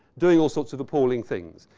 doing all sorts of appalling things.